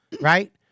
right